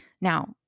Now